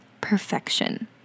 perfection